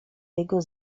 jego